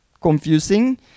confusing